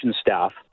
staff